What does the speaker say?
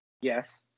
Yes